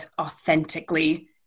authentically